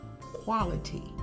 quality